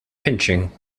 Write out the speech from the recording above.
pinching